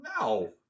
No